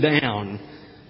down